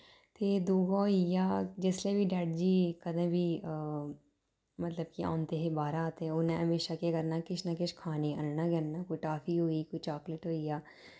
ते दुआ होई गेआ जिसलै बी डैडी जी कदें बी मतलब कि औंदे हे बाह्रा ते उ'नें म्हेशा केह् करना किश ना किश खाने ई आह्नना गै आह्नना कोई टाफी होई कोई चाक्लेट होई गेआ